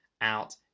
out